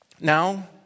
Now